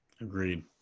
Agreed